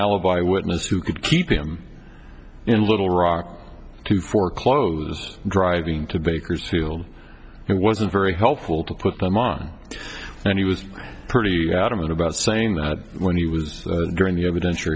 alibi witness who could keep him in little rock to foreclose driving to bakersfield and wasn't very helpful to put them on and he was pretty adamant about saying that when he was during the evidence